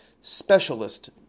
specialist